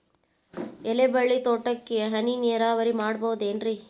ಎಲೆಬಳ್ಳಿ ತೋಟಕ್ಕೆ ಹನಿ ನೇರಾವರಿ ಮಾಡಬಹುದೇನ್ ರಿ?